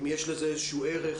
אם יש לזה איזשהו ערך?